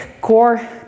core